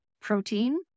protein